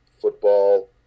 football